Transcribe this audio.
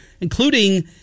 including